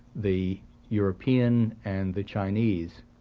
the european and the chinese,